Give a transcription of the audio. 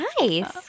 Nice